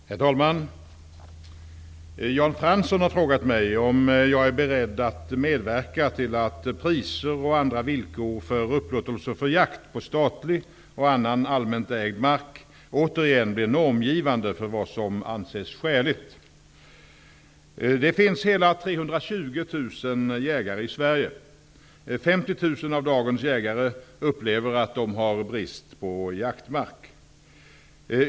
Herr talman! Jan Fransson har frågat mig om jag är beredd att medverka till att priser och andra villkor för upplåtelser för jakt på statlig och annan allmänt ägd mark återigen blir normgivande för vad som anses skäligt. Det finns hela 320 000 jägare i Sverige. 50 000 av dagens jägare upplever att de har brist på jaktmark.